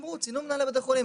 מנהלי בתי החולים ציינו,